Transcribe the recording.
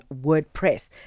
WordPress